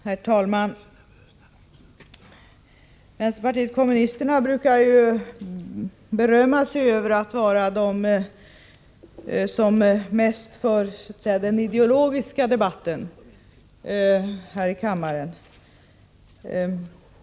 Herr talman! Vänsterpartiet kommunisterna brukar berömma sig av att vara det parti som mest för den ideologiska debatten här i kammaren.